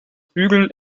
bügeln